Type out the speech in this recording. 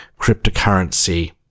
cryptocurrency